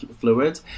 fluid